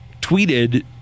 tweeted